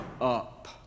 up